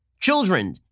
children